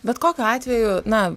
bet kokiu atveju na